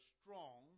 strong